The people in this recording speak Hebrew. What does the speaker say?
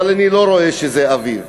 אבל אני לא רואה שזה אביב.